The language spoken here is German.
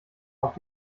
auf